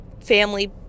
family